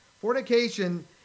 Fornication